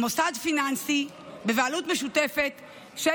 מוסד פיננסי בבעלות משותפת של